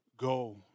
Go